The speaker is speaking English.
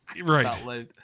right